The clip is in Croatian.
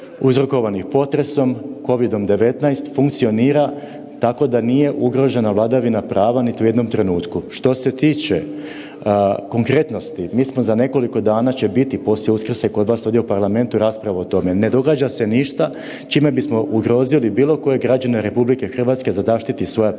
uzrokovanih potresom, Covidom-19 funkcionira tako da nije ugrožena vladavina prava niti u jednom trenutku. Što se tiče konkretnosti, mi smo za nekoliko dana će biti poslije Uskrsa i kod vas ovdje u parlamentu rasprava o tome. Ne događa se ništa čime bismo ugrozili bilo kojeg građana RH da zaštiti svoja prava,